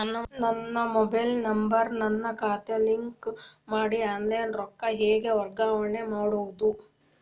ನನ್ನ mobile number ನನ್ನ ಖಾತೆಗೆ ಲಿಂಕ್ ಮಾಡಿ ಆನ್ಲೈನ್ ರೊಕ್ಕ ಹೆಂಗ ವರ್ಗಾವಣೆ ಮಾಡೋದು?